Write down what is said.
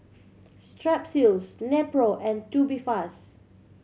Strepsils Nepro and Tubifast